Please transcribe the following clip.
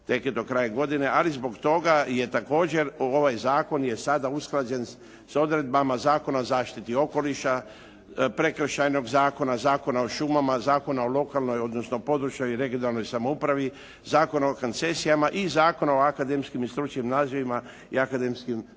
Ali zbog toga je također, ovaj zakon je sada usklađen sa odredbama Zakona o zaštiti okoliša, Prekršajnog zakona, Zakona o šumama, Zakona o lokalnoj odnosno područnoj (regionalnoj)samoupravi, Zakona o koncesijama i Zakona o akademskim i stručnim nazivima i akademskom stupnju.